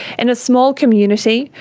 in a small community,